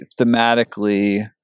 thematically